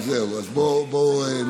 אז זהו, בוא נראה.